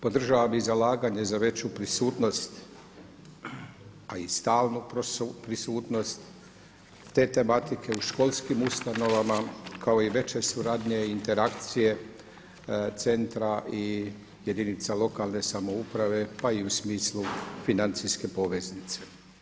Podržavam i zalaganje za veću prisutnost a i stalnu prisutnost te tematike u školskim ustanovama kao i veće suradnje i interakcije centra i jedinica lokalne samouprave pa i u smislu financijske poveznice.